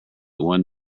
one